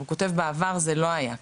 הוא כותב: "בעבר זה לא היה כך".